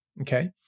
Okay